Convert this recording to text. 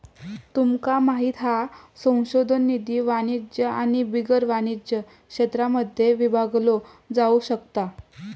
तुमका माहित हा संशोधन निधी वाणिज्य आणि बिगर वाणिज्य क्षेत्रांमध्ये विभागलो जाउ शकता